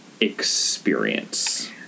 experience